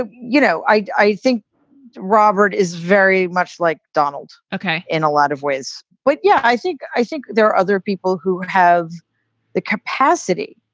ah you know, i i think robert is very much like donald in a lot of ways. but yeah, i think i think there are other people who have the capacity.